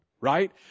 right